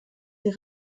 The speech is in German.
die